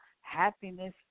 happiness